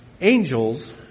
Angels